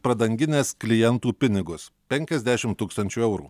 pradanginęs klientų pinigus penkiasdešim tūkstančių eurų